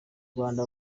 rwanda